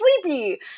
sleepy